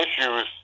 issues